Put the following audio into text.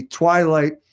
twilight